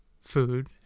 food